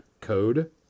code